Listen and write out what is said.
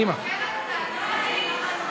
אין תשובה?